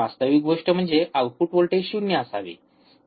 वास्तविक गोष्ट म्हणजे आउटपुट व्होल्टेज शून्य असावे